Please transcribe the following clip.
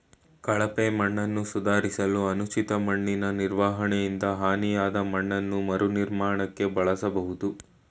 ಕಳಪೆ ಮಣ್ಣನ್ನು ಸುಧಾರಿಸಲು ಅನುಚಿತ ಮಣ್ಣಿನನಿರ್ವಹಣೆಯಿಂದ ಹಾನಿಯಾದಮಣ್ಣನ್ನು ಮರುನಿರ್ಮಾಣಕ್ಕೆ ಬಳಸ್ಬೋದು